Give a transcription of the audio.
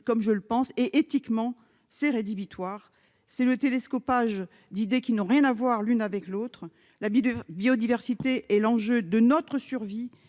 comme je le pense et éthiquement c'est rédhibitoire, c'est le télescopage d'idées qui n'ont rien à voir l'une avec l'autre, l'habit de biodiversité et l'enjeu de notre survie